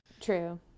true